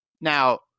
Now